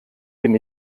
bin